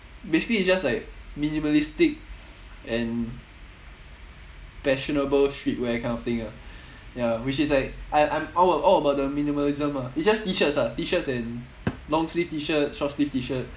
basically it's just like minimalistic and fashionable streetwear kind of thing ah ya which is like I'm I'm all all about the minimalism ah it's just T-shirts ah T-shirts and long sleeve T-shirt short sleeve T-shirt